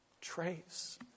Trace